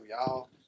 y'all